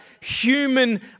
human